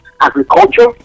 agriculture